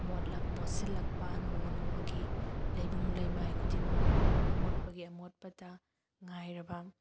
ꯃꯣꯠꯂꯛ ꯃꯣꯠꯁꯤꯜꯂꯛꯄ ꯅꯣꯡꯃ ꯅꯣꯡꯃꯒꯤ ꯂꯩꯕꯨꯡ ꯂꯩꯃꯥꯏ ꯈꯨꯗꯤꯡꯃꯛ ꯑꯃꯣꯠꯄꯒꯤ ꯑꯃꯣꯠꯄꯇ ꯉꯥꯏꯔꯕ